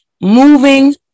moving